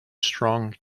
strong